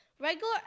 Regular